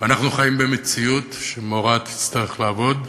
אנחנו חיים במציאות שמורה תצטרך לעבוד,